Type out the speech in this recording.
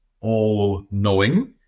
all-knowing